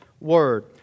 word